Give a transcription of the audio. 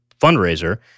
fundraiser